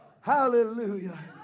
Hallelujah